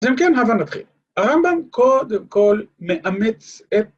‫אם כן, אז נתחיל. ‫הרמב"ם קודם כול מאמץ את...